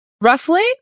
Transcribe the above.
Roughly